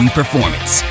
performance